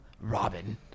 Robin